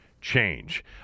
change